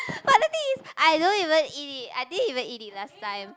but the thing is I don't even eat it I didn't even eat it last time